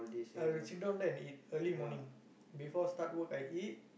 I will sit down there and eat early morning before start work I eat